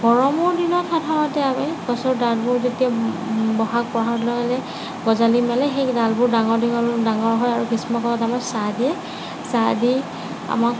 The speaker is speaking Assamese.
গৰমৰ দিনত সাধাৰণতে আমি গছৰ ডালবোৰ যেতিয়া ব'হাগ অহালৈ গঁজালি মেলে সেই ডালবোৰ ডাঙৰ দীঘল ডাঙৰ হৈ গ্ৰীষ্মকালত ছাঁ দিয়ে ছাঁ দি আমাক